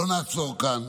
לא נעצור כאן.